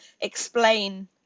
explain